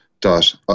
dot